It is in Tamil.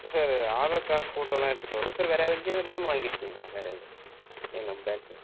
சார் ஆதார் கார்ட் ஃபோட்டோயெலாம் எடுத்துகிட்டு வாங்க சார் வேறு எதாவது இங்கே எதாவது லோன் வாங்கியிருக்கீங்களா வேறு எதுவும் இ நம் பேங்க்கில்